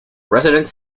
residents